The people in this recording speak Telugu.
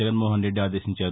జగన్మోహన్రెడ్డి అదేశించారు